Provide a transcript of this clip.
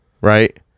right